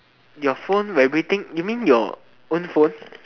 your phone vibrating you mean your own phone